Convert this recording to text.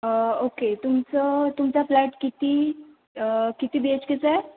okay तुमचं तुमचा flat किती किती बी एच केचा आहे